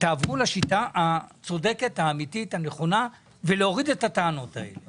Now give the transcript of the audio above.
תעברו לשיטה הצודקת האמיתית והנכונה ולהוריד את הטענות האלה.